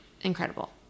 Incredible